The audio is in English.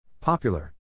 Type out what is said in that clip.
Popular